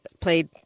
played